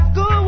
go